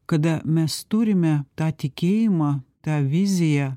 kada mes turime tą tikėjimą tą viziją